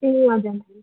ए हजुर